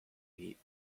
eat